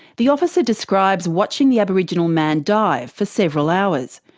the officer describes watching the aboriginal man dive for several hours.